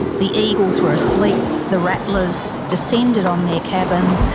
the eagles were asleep. the rattlers descended on their cabin.